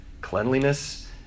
Cleanliness